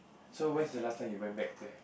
so when's the last time you went back there